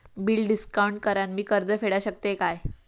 Bill discount करान मी कर्ज फेडा शकताय काय?